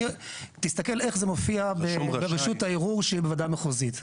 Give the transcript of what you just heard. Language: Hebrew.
תסתכל איך זה מופיע ברשות הערעור של הוועדה המחוזית,